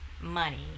money